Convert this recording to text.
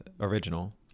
original